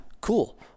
cool